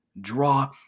draw